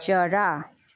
चरा